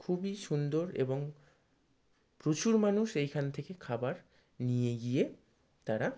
খুবই সুন্দর এবং প্রচুর মানুষ এইখান থেকে খাবার নিয়ে গিয়ে তারা